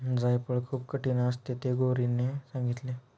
जायफळ खूप कठीण असते हे गौरीने सांगितले